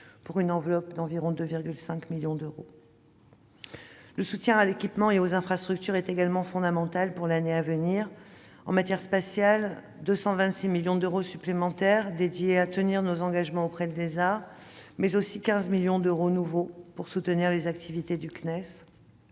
d'une enveloppe budgétaire de 2,5 millions d'euros. Le soutien à l'équipement et aux infrastructures est également fondamental pour l'année à venir. Dans le domaine spatial, 226 millions d'euros supplémentaires serviront à tenir nos engagements auprès de l'ESA et près de 15 millions d'euros de plus contribueront à soutenir les activités du CNES.